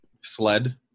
sled